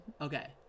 Okay